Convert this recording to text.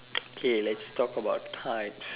okay let's talk about types